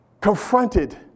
confronted